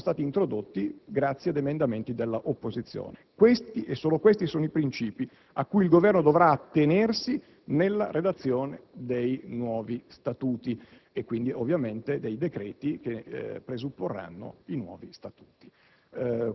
criteri che sono stati introdotti grazie ad emendamenti dell'opposizione. Questi e solo questi sono i principi a cui il Governo dovrà attenersi nella redazione dei nuovi statuti e, quindi, ovviamente dei decreti che presupporranno i nuovi statuti.